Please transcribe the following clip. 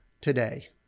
today